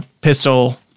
pistol